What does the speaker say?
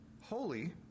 holy